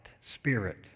spirit